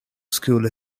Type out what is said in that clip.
school